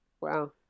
Wow